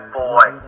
boy